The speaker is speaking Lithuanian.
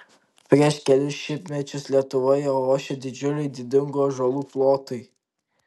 prieš kelis šimtmečius lietuvoje ošė didžiuliai didingų ąžuolų plotai